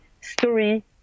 story